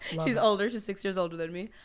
she's older, she's six years older than me.